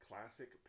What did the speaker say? Classic